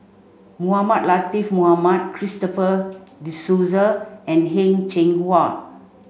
Mohamed Latiff Mohamed Christopher De Souza and Heng Cheng Hwa